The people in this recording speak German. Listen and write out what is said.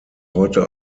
heute